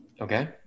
Okay